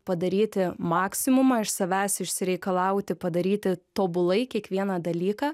padaryti maksimumą iš savęs išsireikalauti padaryti tobulai kiekvieną dalyką